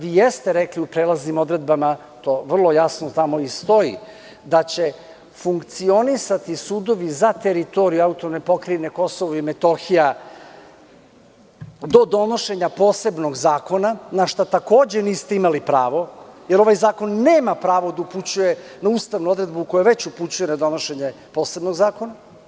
Vi jeste rekli u prelaznim odredbama, to vrlo jasno tamo i stoji, da će funkcionisati sudovi za teritoriju AP Kosova i Metohije do donošenja posebnog zakona, na šta takođe niste imali pravo, jer ovaj zakon nema pravo da upućuje na ustavnu odredbu koja već upućuje na donošenje posebnog zakona.